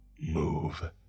Move